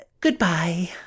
Goodbye